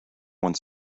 one